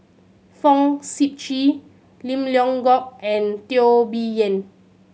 Fong Sip Chee Lim Leong Geok and Teo Bee Yen